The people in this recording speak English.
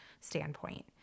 standpoint